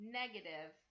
negative